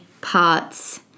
parts